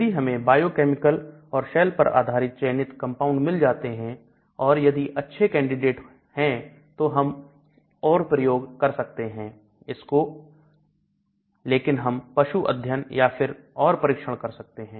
यदि हमें बायोकेमिकल और शैल पर आधारित चयनित कंपाउंड मिल जाते हैं और यदि अच्छे कैंडिडेट हैं तो हम और प्रयोग कर सकते हैं इसको लेकिन हम पशु अध्ययन या फिर और परीक्षण कर सकते हैं